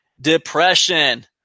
Depression